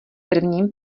prvním